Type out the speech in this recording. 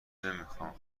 نمیخام